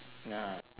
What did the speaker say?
nah